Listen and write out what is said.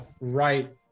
right